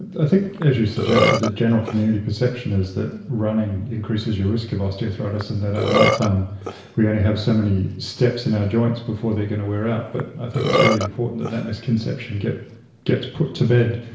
i think, as you suggested, the general community perception is that running increases your risk of osteoarthritis and that in our lifetime we only have so many steps in our joints before they're going to wear out. but i think it's really important that that misconception gets gets put to bed,